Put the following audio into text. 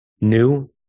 new